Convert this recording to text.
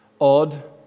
odd